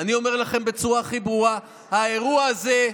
אני אומר לכם בצורה הכי ברורה: האירוע הזה,